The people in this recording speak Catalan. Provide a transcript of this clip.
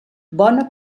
bona